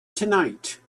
tonight